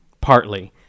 partly